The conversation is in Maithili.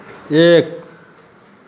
एक